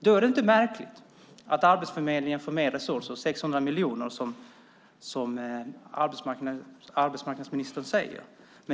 Då är det inte märkligt att Arbetsförmedlingen får mer resurser, 600 miljoner, som arbetsmarknadsministern säger.